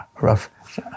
rough